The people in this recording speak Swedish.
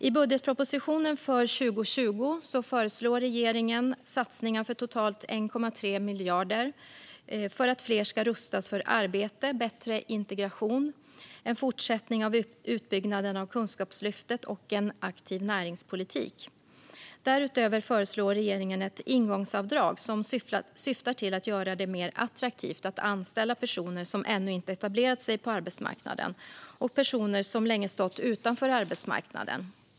I budgetpropositionen för 2020 föreslår regeringen satsningar för totalt 1,3 miljarder för att fler ska rustas för arbete, för bättre integration, för en fortsättning av utbyggnaden av Kunskapslyftet och för en aktiv näringspolitik. Därutöver föreslår regeringen ett ingångsavdrag, som syftar till att göra det mer attraktivt att anställa personer som ännu inte etablerat sig på arbetsmarknaden och personer som länge stått utanför arbetsmarknaden.